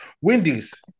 Wendy's